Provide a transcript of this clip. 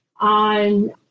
on